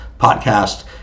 podcast